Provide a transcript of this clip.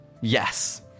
yes